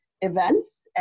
events